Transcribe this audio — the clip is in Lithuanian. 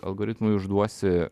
algoritmui užduosi